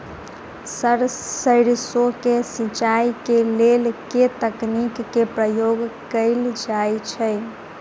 Sir सैरसो केँ सिचाई केँ लेल केँ तकनीक केँ प्रयोग कैल जाएँ छैय?